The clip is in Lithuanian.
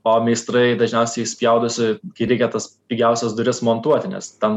o meistrai dažniausiai spjaudosi kai reikia tas pigiausias duris montuoti nes ten